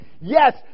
yes